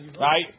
Right